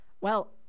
Well